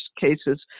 cases